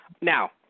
Now